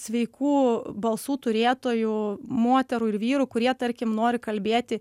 sveikų balsų turėtojų moterų ir vyrų kurie tarkim nori kalbėti